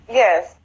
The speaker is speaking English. yes